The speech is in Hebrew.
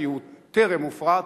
כי הוא טרם הופרט,